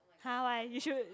!huh! why you should